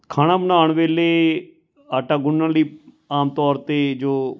ਖਾਣਾ ਬਣਾਉਣ ਵੇਲੇ ਆਟਾ ਗੁੰਨਣ ਲਈ ਆਮ ਤੌਰ 'ਤੇ ਜੋ